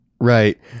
Right